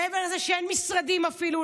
מעבר לזה שאין משרדים אפילו,